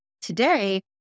Today